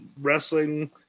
wrestling